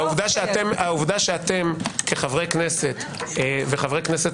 העובדה שאתם כחברי כנסת וחברי כנסת